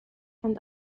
and